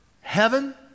heaven